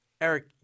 Eric